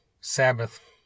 Sabbath